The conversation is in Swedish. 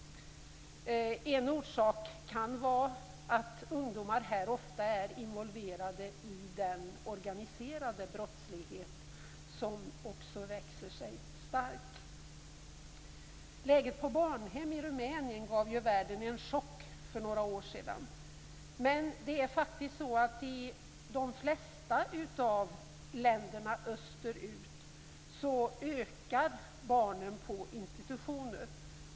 En orsak kan vara att ungdomar här ofta är involverade i den organiserade brottsligheten, som också växer sig stark. Läget på barnhem i Rumänien gav världen en chock för några år sedan. Men i de flesta av länderna österut ökar antalet barn på institutioner.